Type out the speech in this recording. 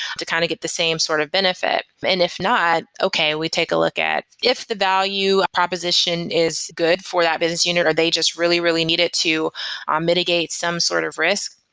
to kind of get the same sort of benefit? and if if not, okay, we take a look at if the value proposition is good for that business unit, or they just really, really need it to um mitigate some sort of risk,